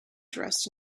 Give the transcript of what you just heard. dressed